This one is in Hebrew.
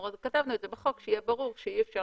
כתבנו את זה בחוק שיהיה ברור שאי אפשר